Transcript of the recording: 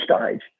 stage